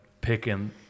picking